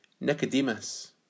Nicodemus